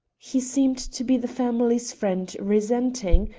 he seemed to be the family's friend resenting,